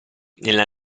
nella